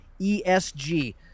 ESG